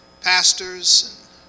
pastors